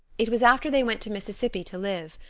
it was after they went to mississippi to live.